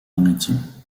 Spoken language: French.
maritime